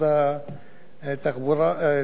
וזה מטופל בצורה פרטנית,